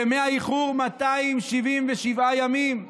ימי האיחור, 277 ימים.